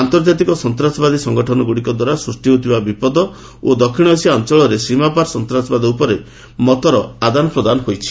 ଆନ୍ତର୍ଜାତିକ ସନ୍ତାସବାଦୀ ସଂଗଠନଗୁଡ଼ିକ ଦ୍ୱାରା ସୃଷ୍ଟି ହେଉଥିବା ବିପଦ ଓ ଦକ୍ଷିଣ ଏସିଆ ଅଞ୍ଚଳରେ ସୀମାପାର ସନ୍ତାସବାଦ ଉପରେ ମତର ଆଦାନ ପ୍ରଦାନ ହୋଇଛି